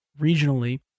regionally